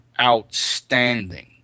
outstanding